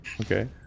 Okay